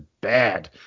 bad